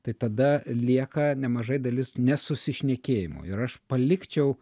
tai tada lieka nemaža dalis nesusišnekėjimo ir aš palikčiau